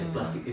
mm